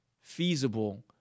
feasible